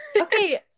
Okay